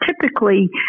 typically